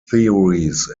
theories